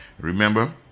remember